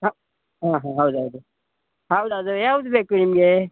ಹಾಂ ಹಾಂ ಹಾಂ ಹೌದು ಹೌದು ಹೌದು ಅದು ಯಾವ್ದು ಬೇಕು ನಿಮಗೆ